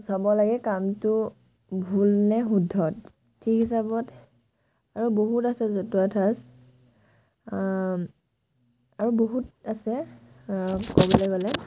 চাব লাগে কামটো ভুল নে শুদ্ধ ঠিক হিচাপত আৰু বহুত আছে জতুৱা ঠাঁচ আৰু বহুত আছে ক'বলৈ গ'লে